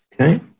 Okay